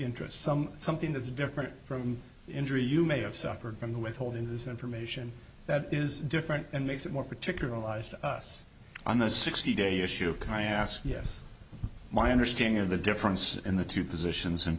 interests some something that's different from injury you may have suffered from the withhold in this information that is different and makes it more particular allies to us on the sixty day issue of kayasth yes my understanding of the difference in the two positions and